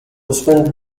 spend